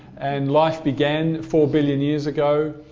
and life began four billion years ago.